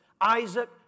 Isaac